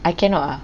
I cannot